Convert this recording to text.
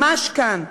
ממש כאן.